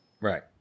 Right